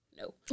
no